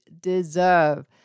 deserve